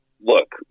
Look